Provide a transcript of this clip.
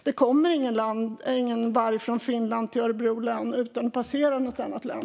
Det kommer ingen varg från Finland till Örebro län utan att ha passerat något annat län.